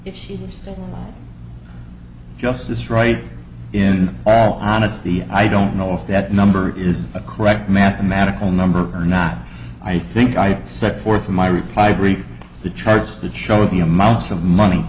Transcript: still justice right in all honesty i don't know if that number is a correct mathematical number or not i think i set forth my reply brief the charts that show the amounts of money